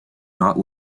not